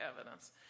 evidence